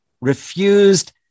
refused